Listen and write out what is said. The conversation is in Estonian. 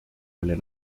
oli